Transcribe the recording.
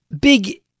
big